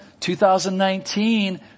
2019